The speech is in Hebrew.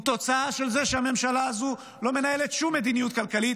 הוא תוצאה של זה שהממשלה הזו לא מנהלת שום מדיניות כלכלית,